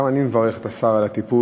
גם אני מברך את השר על הטיפול